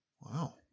Wow